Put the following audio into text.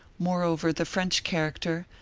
moreover, the french character,